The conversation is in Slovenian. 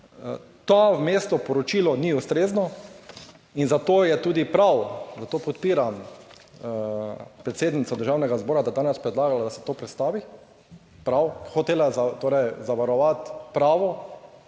to vmesno poročilo ni ustrezno in zato je tudi prav, zato podpiram predsednico Državnega zbora, da je danes predlagala, da se to predstavi, prav. hotela je torej zavarovati pravo,